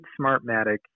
Smartmatic